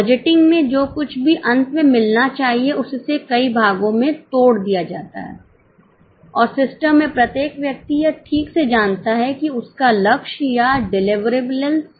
budgeting में जो कुछ भी अंत में मिलना चाहिए उससे कई भागों में तोड़ दिया जाता है और सिस्टम में प्रत्येक व्यक्ति यह ठीक से जानता है कि उसका लक्ष्य या डिलिवरेबल्स क्या है